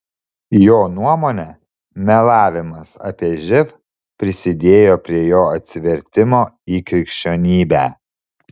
jo nuomone melavimas apie živ prisidėjo prie jo atsivertimo į krikščionybę